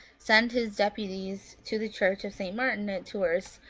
sent his deputies to the church of st. martin, at tours,